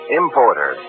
importer